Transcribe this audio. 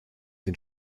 den